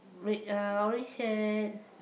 red uh orange shirt